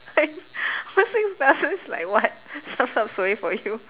I but six glasses like what sup sup suay for you